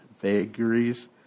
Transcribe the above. vagaries